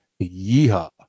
Yeehaw